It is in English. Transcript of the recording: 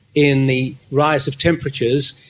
in the rise of temperatures,